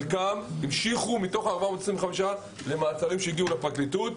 מתוך ה-425 חלקם המשיכו למעצרים שהגיעו לפרקליטות,